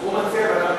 הוא מציע: